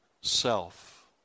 self